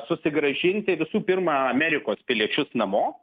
susigrąžinti visų pirma amerikos piliečius namo